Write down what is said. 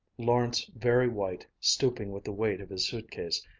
lawrence very white, stooping with the weight of his suitcase,